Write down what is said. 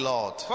Lord